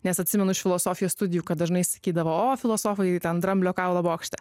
nes atsimenu iš filosofijos studijų kad dažnai sakydavo o filosofai ten dramblio kaulo bokšte